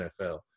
NFL